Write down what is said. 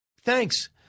Thanks